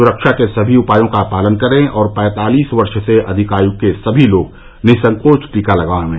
सुरक्षा के सभी उपायों का पालन करें और पैंतालीस वर्ष से अधिक आयु के सभी लोग निःसंकोच टीका लगवाएं